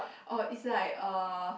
orh it's like uh